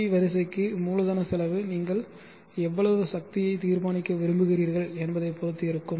we வரிசைக்கு மூலதன செலவு நீங்கள் எவ்வளவு சக்தியை தீர்மானிக்க விரும்புகிறீர்கள் என்பதைப் பொறுத்து இருக்கும்